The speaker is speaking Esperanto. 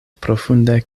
profunde